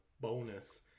bonus